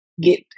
get